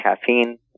caffeine